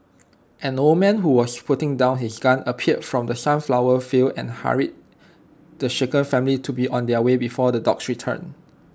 an old man who was putting down his gun appeared from the sunflower fields and hurried the shaken family to be on their way before the dogs return